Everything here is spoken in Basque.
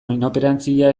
inoperanzia